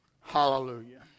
Hallelujah